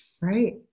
Right